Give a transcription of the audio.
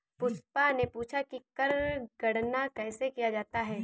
पुष्पा ने पूछा कि कर गणना कैसे किया जाता है?